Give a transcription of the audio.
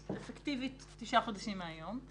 אפקטיבית זה תשעה חודשים מהיום,